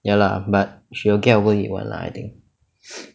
ya lah but she will get over it [one] lah I think